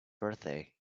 birthday